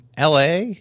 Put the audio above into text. LA